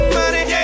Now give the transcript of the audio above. money